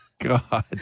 God